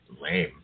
lame